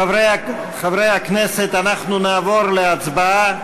חברי הכנסת, אנחנו נעבור להצבעה.